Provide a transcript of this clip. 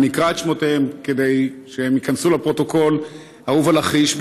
אני אקרא את שמותיהם כדי שהם ייכנסו לפרוטוקול: אהובה לכיש,